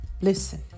Listen